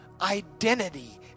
identity